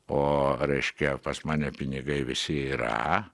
o reiškia pas mane pinigai visi yra